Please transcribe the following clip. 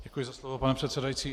Děkuji za slovo, pane předsedající.